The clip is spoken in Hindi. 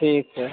ठीक सर